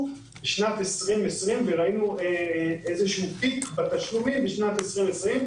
בשנת 2020. ראינו איזה שהוא פיק בתשלומים בשנת 2020,